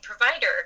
provider